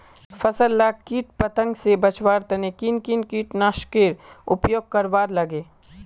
फसल लाक किट पतंग से बचवार तने किन किन कीटनाशकेर उपयोग करवार लगे?